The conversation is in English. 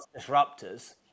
Disruptors